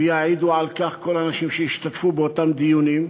ויעידו על כך כל האנשים שהשתתפו באותם דיונים.